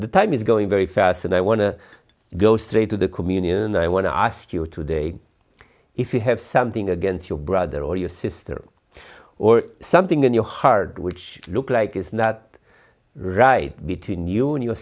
the time is going very fast and i want to go straight to the communion i want to ask you today if you have something against your brother or your sister or something in your heart which look like is not right between you and your